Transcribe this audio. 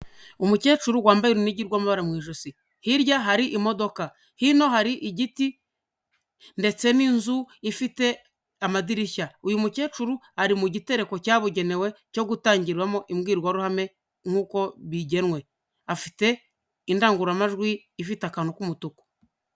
Umukecuru wambaye urunigi rw'amabara mu ijosi, hirya hari imodoka, hino hari igiti ndetse n'inzu ifite amadirishya, uyu mukecuru ari mu gitereko cyabugenewe cyo gutangirwamo imbwirwaruhame nk'uko bigenwe, afite indangururamajwi ifite akantu k'umutuku.